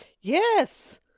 Yes